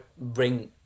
bring